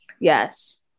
Yes